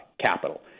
capital